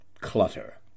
clutter